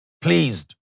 pleased